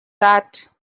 that